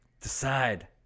decide